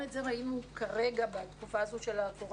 גם את זה ראינו בתקופה הזאת של הקורונה